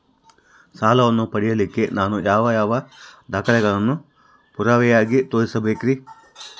ಸಾಲವನ್ನು ಪಡಿಲಿಕ್ಕೆ ನಾನು ಯಾವ ದಾಖಲೆಗಳನ್ನು ಪುರಾವೆಯಾಗಿ ತೋರಿಸಬೇಕ್ರಿ?